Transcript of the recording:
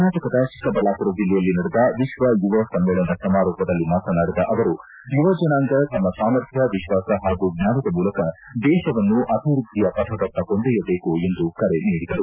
ಕರ್ನಾಟಕದ ಚಿಕ್ಕಬಳ್ಳಾಮರ ಜಿಲ್ಲೆಯಲ್ಲಿ ನಡೆದ ವಿಶ್ವ ಯುವ ಸಮ್ಮೇಳನ ಸಮಾರೋಪದಲ್ಲಿ ಮಾತನಾಡಿದ ಅವರು ಯುವ ಜನಾಂಗ ತಮ್ನ ಸಾಮರ್ಥ್ಯ ವಿಶ್ವಾಸ ಹಾಗೂ ಜ್ವಾನದ ಮೂಲಕ ದೇಶವನ್ನು ಅಭಿವೃದ್ದಿಯ ಪಥದತ್ತ ಕೊಂಡೊಯ್ಲಬೇಕು ಎಂದು ಕರೆ ನೀಡಿದರು